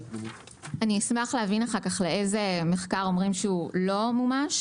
אני אשמח להבין אחר כך על איזה מחקר אומרים שהוא לא מומש,